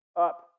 up